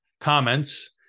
comments